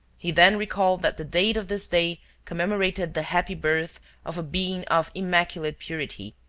he then recalled that the date of this day commemorated the happy birth of a being of immaculate purity,